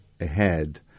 ahead